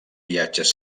viatges